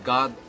God